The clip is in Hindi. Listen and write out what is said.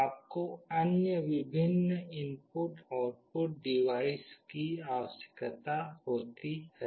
आपको अन्य विभिन्न इनपुट आउटपुट डिवाइस की आवश्यकता होती है